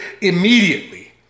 immediately